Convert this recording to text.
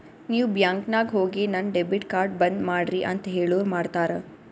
ನೀವ್ ಬ್ಯಾಂಕ್ ನಾಗ್ ಹೋಗಿ ನನ್ ಡೆಬಿಟ್ ಕಾರ್ಡ್ ಬಂದ್ ಮಾಡ್ರಿ ಅಂತ್ ಹೇಳುರ್ ಮಾಡ್ತಾರ